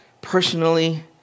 personally